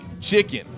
chicken